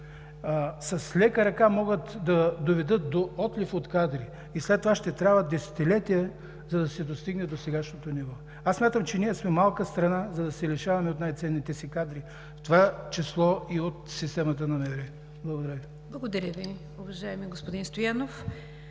с лека ръка могат да доведат до отлив от кадри и след това ще трябва десетилетия, за да се достигне до сегашното ниво. Смятам, че ние сме малка страна, за да се лишаваме от най-ценните си кадри, в това число и от системата на МВР. Благодаря Ви. ПРЕДСЕДАТЕЛ